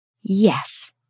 Yes